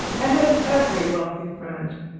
and of every wealthy friend.